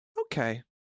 Okay